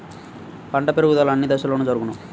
పంట పెరుగుదల ఎన్ని దశలలో జరుగును?